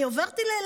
אני עברתי לאילת,